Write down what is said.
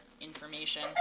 information